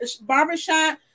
barbershop